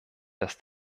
dass